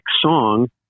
song